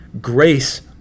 grace